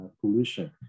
pollution